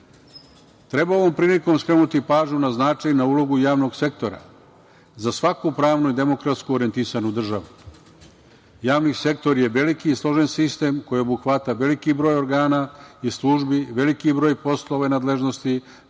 ovom prilikom skrenuti pažnju na značaj, na ulogu javnog sektora za svaku pravnu i demokratski orjentisanu državu. Javni sektor je veliki i složen sistem koji obuhvata veliki broj organa i službi, veliki broj poslova i nadležnosti,